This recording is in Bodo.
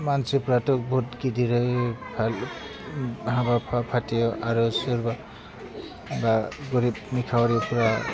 मानसिफ्राथ' बहुथ गिदिरै हाबा फाथियो आरो सोरबा बा गोरिब निखाउरिफ्रा